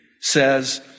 says